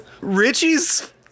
Richie's